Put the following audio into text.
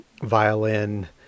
violin